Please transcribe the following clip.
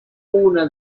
una